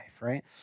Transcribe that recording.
right